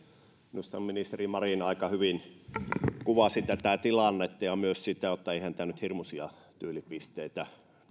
minusta ministeri marin aika hyvin kuvasi tätä tilannetta ja myös sitä että eihän tämä koko prosessi nyt hirmuisia tyylipisteitä